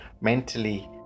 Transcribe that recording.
mentally